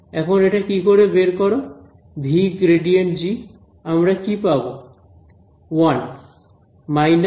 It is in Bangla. এখন এটা কি বের করো v→∇g আমরা কি পাবো